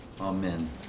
amen